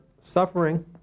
suffering